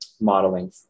modeling